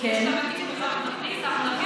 אנחנו נכניס, אנחנו נביא